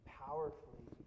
powerfully